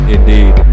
Indeed